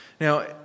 Now